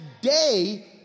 day